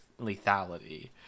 lethality